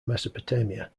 mesopotamia